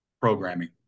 programming